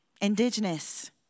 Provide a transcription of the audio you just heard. indigenous